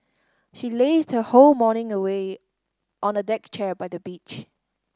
she lazed her whole morning away on a deck chair by the beach